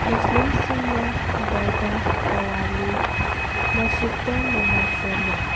ꯃꯨꯁꯂꯤꯝꯁꯤꯡꯅ ꯗꯔꯒꯥ ꯀꯋꯥꯂꯤ ꯃꯁꯖꯤꯠꯇ ꯅꯃꯥꯁ ꯁꯣꯟꯅꯩ